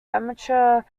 amateur